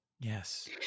Yes